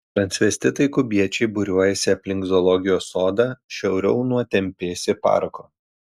transvestitai kubiečiai būriuojasi aplink zoologijos sodą šiauriau nuo tempėsi parko